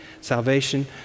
Salvation